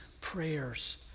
prayers